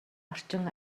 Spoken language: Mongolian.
орчин